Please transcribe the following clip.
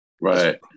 Right